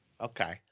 Okay